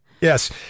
Yes